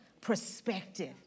perspective